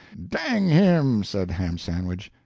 dang him! said ham sandwich,